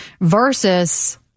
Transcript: versus